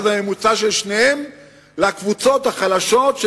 ואז הממוצע של שניהם לקבוצות החלשות,